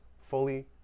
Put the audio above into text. fully